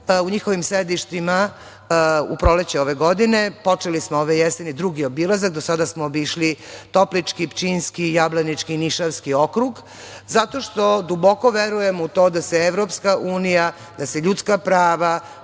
u njihovim sedištima, u proleće ove godine. Počeli smo ove jeseni drugi obilazak. Do sada smo obišli Toplički, Pčinjski, Jablanički i Nišavski okrug zato što duboko verujemo u to da se EU, da se ljudska prava